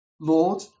Lord